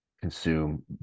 consume